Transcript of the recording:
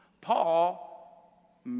Paul